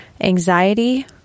anxiety